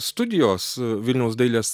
studijos vilniaus dailės